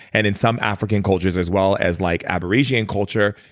and in some african cultures, as well as like aborigine and culture,